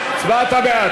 הצבעת בעד.